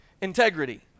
integrity